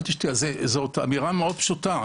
זאת אמירה מאוד פשוטה.